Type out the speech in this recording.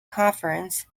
conference